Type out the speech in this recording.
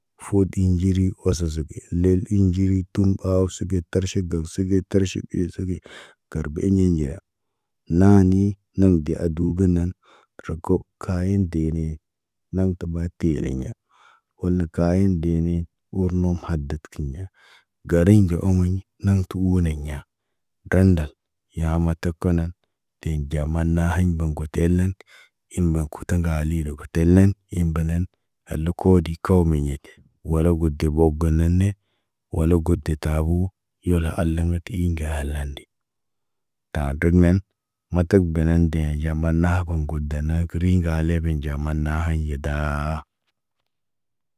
Foot inɟeri, oso zobi loli in nɟri, tun aw sibe tarʃi gaŋg siget tarʃi in sibe, tarbeɲ nɟeya. Naŋg nii, naŋg de adu ben naan, coko, kayen denee, naŋg tuɓa tiɲere ɲa. Wola kayin dini, wurnom hadat kiɲa. Galiɲ ɟo omoɲa, naŋg tu oneɲa. Daandal, yamata konan, de ɟama na haɲ bən goto len. In mɔk kuta ŋgaalirə goto len, in banan, hali koodi ko meɲet, wala got deb wab gana ne, wola got de tabuu. Yola alaŋg nə ti i ŋga halande. Taa dot men, matak bene dee ɟama naha ko woŋg gut danaakəri təri ŋgalebe nɟamane naa haɲe daa.